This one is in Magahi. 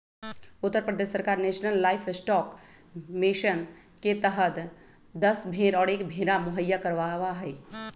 उत्तर प्रदेश सरकार नेशलन लाइफस्टॉक मिशन के तहद दस भेंड़ और एक भेंड़ा मुहैया करवावा हई